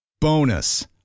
Bonus